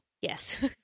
yes